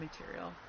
material